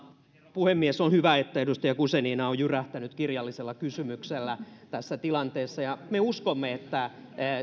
puhemies on hyvä että edustaja guzenina on jyrähtänyt kirjallisella kysymyksellä tässä tilanteessa ja me uskomme että